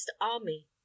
army